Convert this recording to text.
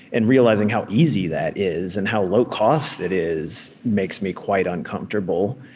and realizing how easy that is and how low-cost it is, makes me quite uncomfortable.